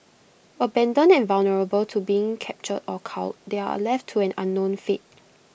abandoned and vulnerable to being captured or culled they are A left to an unknown fate